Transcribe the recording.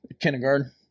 Kindergarten